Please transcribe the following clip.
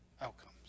outcomes